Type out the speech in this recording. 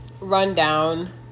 rundown